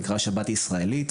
נקרא 'שבת ישראלית',